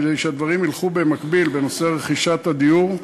כדי שהדברים ילכו במקביל בנושא רכישת הדירות,